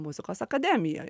muzikos akademijoj